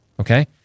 Okay